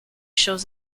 shows